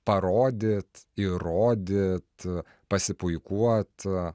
parodyt įrodyt pasipuikuot